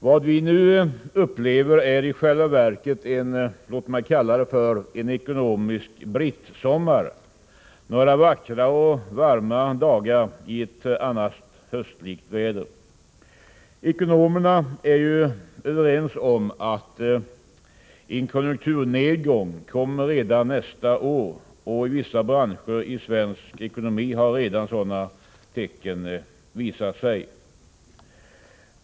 Vad vi nu upplever är i själva verket en ekonomisk brittsommar, några vackra och varma dagar i ett annars höstlikt väder. Ekonomerna är ju överens om att en konjunkturnedgång kommer redan nästa år, och i vissa branscher i svensk ekonomi har sådana tecken redan visat sig.